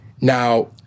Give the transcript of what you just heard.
Now